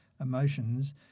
emotions